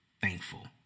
Thankful